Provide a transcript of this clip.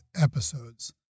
episodes